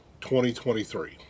2023